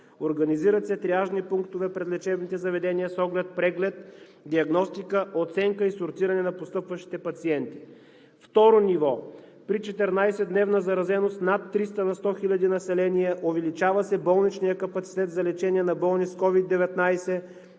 Организират се триажни пунктове пред лечебните заведения с оглед преглед, диагностика, оценка и сортиране на постъпващите пациенти. Второ ниво: При 14-дневна заразеност над 300 на 100 хиляди население се увеличава болничният капацитет за лечение на болни с COVID-19.